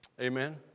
Amen